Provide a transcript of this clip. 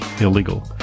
illegal